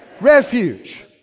refuge